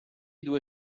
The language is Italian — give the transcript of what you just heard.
due